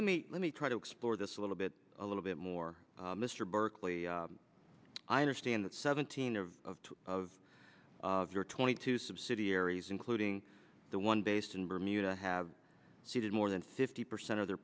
let me let me try to explore this a little bit a little bit more mr berkley i understand that seventeen of your twenty two subsidiaries including the one based in bermuda have ceded more than fifty percent of their